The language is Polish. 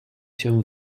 dzieje